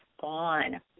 gone